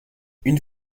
une